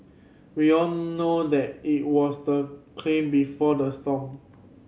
we all know that it was the claim before the storm